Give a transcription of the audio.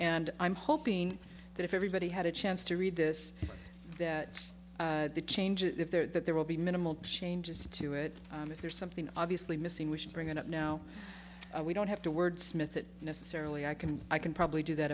and i'm hoping that if everybody had a chance to read this that the changes if there are that there will be minimal changes to it and if there's something obviously missing we should bring it up now we don't have to wordsmith it necessarily i can i can probably do that